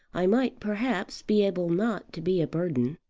i might perhaps be able not to be a burden.